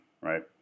Right